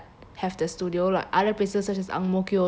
have the studio like other places such as ang mo kio also have